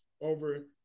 over